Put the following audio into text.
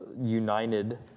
united